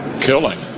killing